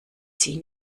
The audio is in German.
sie